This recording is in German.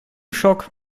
schock